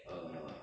err